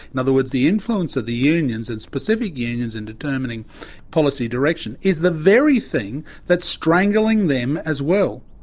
in other words the influence of the unions and specific unions in determining policy direction, is the very thing that is strangling them as well.